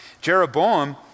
Jeroboam